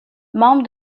membre